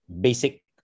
basic